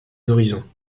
horizons